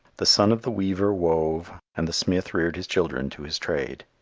the son of the weaver wove and the smith reared his children to his trade.